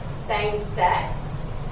same-sex